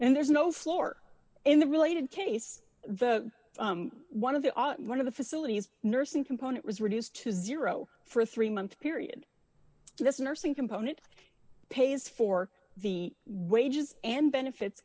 and there's no floor in the related case the one of the on one of the facilities nursing component was reduced to zero for a three month period this nursing component pays for the wages and benefits